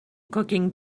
cooking